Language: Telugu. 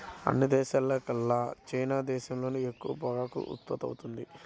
అన్ని దేశాల్లోకెల్లా చైనా దేశంలోనే ఎక్కువ పొగాకు ఉత్పత్తవుతుంది